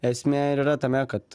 esmė ir yra tame kad